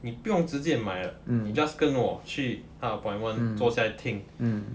你不用直接买的 you just 跟我去他的 appointment 坐下来听